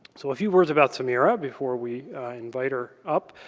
so a few words about samira before we invite her up.